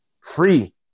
free